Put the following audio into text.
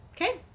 Okay